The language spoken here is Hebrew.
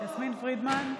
יסמין פרידמן,